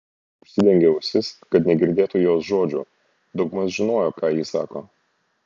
užsidengė ausis kad negirdėtų jos žodžių daugmaž žinojo ką ji sako